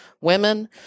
Women